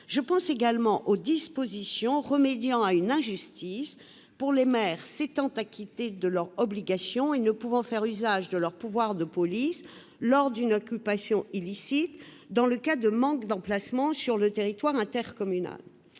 Je pense également aux dispositions visant à remédier à une injustice subie par les maires s'étant acquittés de leurs obligations et ne pouvant faire usage de leur pouvoir de police en cas d'occupation illicite, dans l'hypothèse d'un manque d'emplacements sur le territoire intercommunal.